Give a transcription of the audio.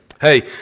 Hey